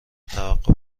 توقف